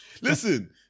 Listen